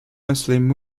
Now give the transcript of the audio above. muslim